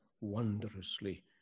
wondrously